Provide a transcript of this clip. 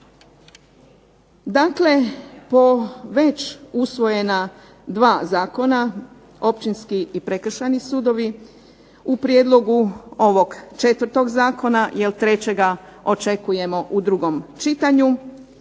Dakle, po već usvojena dva zakona općinski i prekršajni sudovi u prijedlogu ovog četvrtog zakona, jer trećega očekujemo u drugom čitanju,